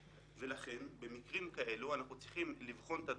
ולכן, במקרים כאלה, אנחנו צריכים לבחון את הדברים,